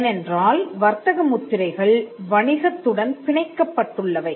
ஏனென்றால் வர்த்தக முத்திரைகள் வணிகத் துடன் பிணைக்கப்பட்டுள்ளவை